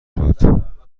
بود